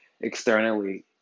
externally